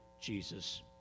Jesus